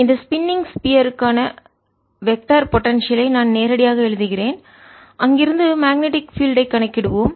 இந்த spinning sphere சுழல் கோளம் ற்கான வெக்டர் திசையன் பொடென்சியல் ஐ நான் நேரடியாக எழுதுகிறேன் அங்கிருந்து மேக்னெட்டிக் பீல்டு ஐ காந்தப்புலத்தை கணக்கிடுவோம்